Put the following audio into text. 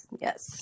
yes